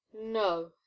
no